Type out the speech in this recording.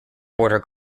border